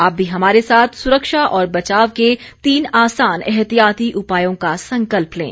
आप भी हमारे साथ सुरक्षा और बचाव के तीन आसान एहतियाती उपायों का संकल्प लें